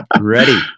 Ready